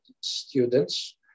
students